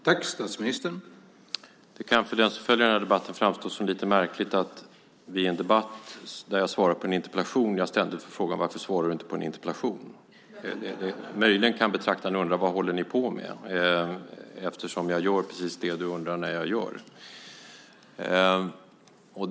Herr talman! Det kan för den som följer debatten framstå som något märkligt att jag i en debatt, där jag svarar på en interpellation, ständigt får frågan: Varför svarar du inte på interpellationer? Möjligen kan betraktaren undra vad vi håller på med, eftersom jag gör just det som Berit Andnor undrar över.